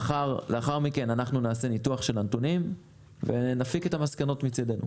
לאחר מכן נעשה ניתוח של הנתונים ונסיק מסקנות מצידנו.